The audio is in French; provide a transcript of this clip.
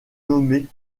nommés